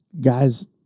Guys